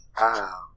Wow